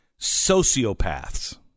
Sociopaths